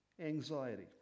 Anxiety